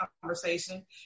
conversation